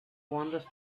wanders